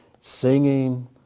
singing